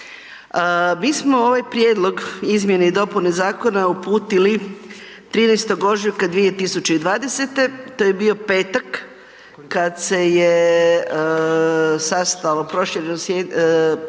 Mi smo ovaj prijedlog izmjene i dopune Zakona uputili 13.ožujka 2020.to je bio petak kad se je sastalo prošireno